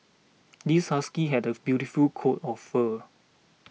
this husky had a beautiful coat of fur